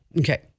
Okay